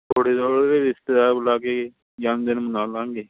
ਥੋੜ੍ਹੇ ਰਿਸ਼ਤੇਦਾਰ ਬੁਲਾ ਕੇ ਜਨਮਦਿਨ ਮਨਾ ਲਾਂਗੇ